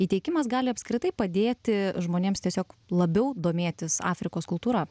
įteikimas gali apskritai padėti žmonėms tiesiog labiau domėtis afrikos kultūra